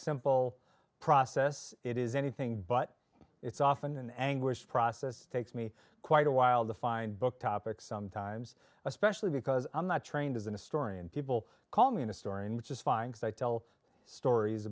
simple process it is anything but it's often an anguished process takes me quite a while to find book topics sometimes especially because i'm not trained as in a story and people call me in a story and which is fine because i tell stories